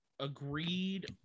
agreed